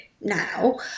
now